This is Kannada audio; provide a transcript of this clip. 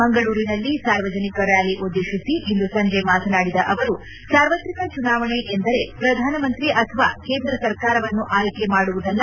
ಮಂಗಳೂರಿನಲ್ಲಿ ಸಾರ್ವಜನಿಕ ರ್ಾಲಿ ಉದ್ದೇಶಿಸಿ ಇಂದು ಸಂಜೆ ಮಾತನಾಡಿದ ಅವರು ಸಾರ್ವತ್ರಿಕ ಚುನಾವಣೆ ಎಂದರೆ ಪ್ರಧಾನಮಂತ್ರಿ ಅಥವಾ ಕೇಂದ್ರ ಸರ್ಕಾರವನ್ನು ಆಯ್ಲೆ ಮಾಡುವುದಲ್ಲ